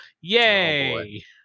yay